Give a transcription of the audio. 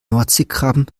nordseekrabben